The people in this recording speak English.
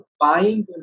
buying